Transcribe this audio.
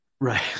right